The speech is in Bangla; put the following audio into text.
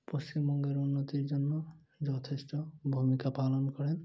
পশ্চিমবঙ্গের উন্নতির জন্য যথেষ্ট ভূমিকা পালন করেন